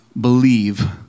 believe